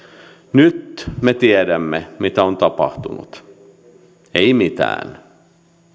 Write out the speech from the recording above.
nyt me tiedämme mitä on tapahtunut ei mitään